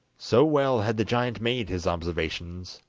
so well had the giant made his observations,